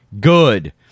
Good